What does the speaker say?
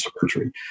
surgery